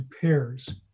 pairs